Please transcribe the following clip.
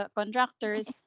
contractors